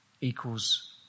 Equals